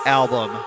album